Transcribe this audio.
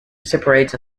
separates